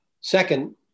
Second